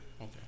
Okay